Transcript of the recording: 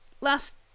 last